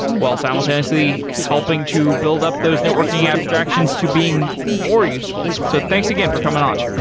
while simultaneously helping to build up those networking abstractions to being more useful. so thanks again for coming on.